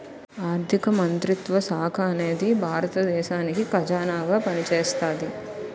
ఆర్ధిక మంత్రిత్వ శాఖ అనేది భారత దేశానికి ఖజానాగా పనిచేస్తాది